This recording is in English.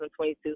2022